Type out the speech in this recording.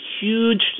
huge